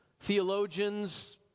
Theologians